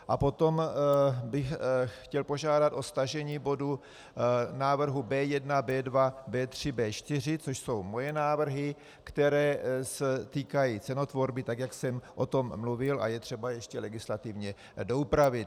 A potom bych chtěl požádat o stažení bodu návrhu B1, B2, B3, B4, což jsou moje návrhy, které se týkají cenotvorby, tak jak jsem o tom mluvil, a je třeba je ještě legislativně doupravit.